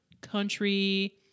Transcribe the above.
country